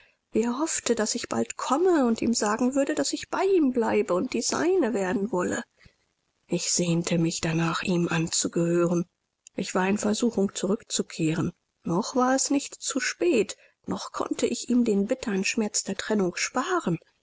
er hoffte daß ich bald kommen und ihm sagen würde daß ich bei ihm bleiben und die seine werden wolle ich sehnte mich danach ihm anzugehören ich war in versuchung zurückzukehren noch war es nicht zu spät noch konnte ich ihm den bittern schmerz der trennung sparen